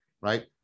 right